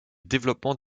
développement